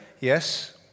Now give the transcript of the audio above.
Yes